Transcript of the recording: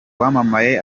wamamaye